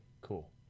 Cool